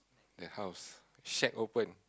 the house shack open